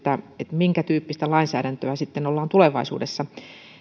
minkätyyppistä lainsäädäntöä sitten ollaan tulevaisuudessa